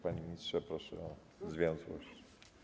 Panie ministrze, proszę o zwięzłość.